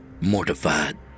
mortified